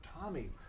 Tommy